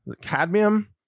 cadmium